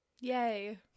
yay